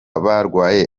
barwaye